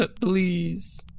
Please